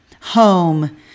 home